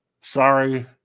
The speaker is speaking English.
Sorry